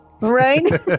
Right